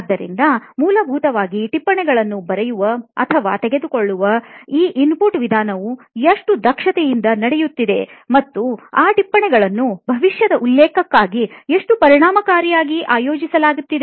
ಆದ್ದರಿಂದ ಮೂಲಭೂತವಾಗಿ ಟಿಪ್ಪಣಿಗಳನ್ನು ಬರೆಯುವ ಅಥವಾ ತೆಗೆದುಕೊಳ್ಳುವ ಈ ಇನ್ಪುಟ್ ವಿಧಾನವು ಎಷ್ಟು ದಕ್ಷತೆಯಿಂದ ನಡೆಯುತ್ತಿದೆ ಮತ್ತು ಈ ಟಿಪ್ಪಣಿಗಳನ್ನು ಭವಿಷ್ಯದ ಉಲ್ಲೇಖಕ್ಕಾಗಿ ಎಷ್ಟು ಪರಿಣಾಮಕಾರಿಯಾಗಿ ಆಯೋಜಿಸಲಾಗುತ್ತಿದೆ